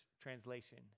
translation